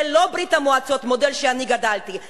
זה לא ברית-המועצות, המודל שאני גדלתי אתו.